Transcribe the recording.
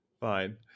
Fine